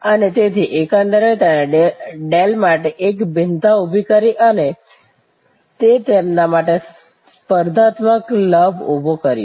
અને તેથી એકંદરે તેણે ડેલ માટે એક ભિન્નતા ઉભી કરી અને તે તેમના માટે સ્પર્ધાત્મક લાભ ઉભો કર્યો